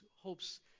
hopes